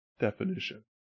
definition